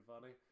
funny